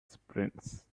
sprints